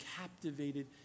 captivated